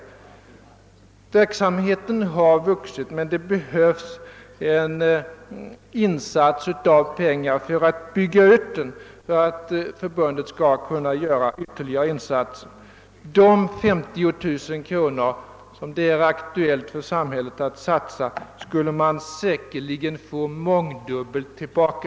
Denna verksamhet har vuxit, men det behövs en insats av pengar för att bygga ut den om förbundet skall kunna göra ytterligare insatser. De 50 000 kronor som det är aktuellt för samhället att satsa skulle man säkerligen få mångdubbelt tillbaka.